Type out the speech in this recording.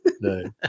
No